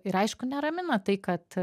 ir aišku neramina tai kad